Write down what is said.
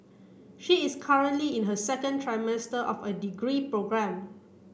she is currently in her second trimester of her degree program